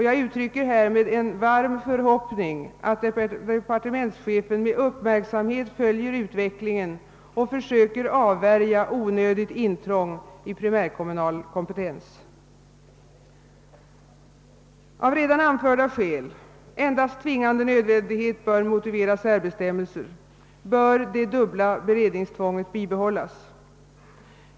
Jag uttrycker härmed en förhoppning att departementschefen med uppmärksamhet följer utvecklingen och söker avvärja onödigt intrång i primärkommunal kompetens. Av redan anförda skäl — endast tving ande nödvändighet bör motivera särbestämmelser — bör det dubbla beredningstvånget bibehållas.